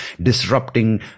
disrupting